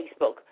Facebook